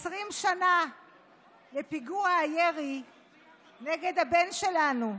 20 שנה לפיגוע הירי נגד הבן שלנו,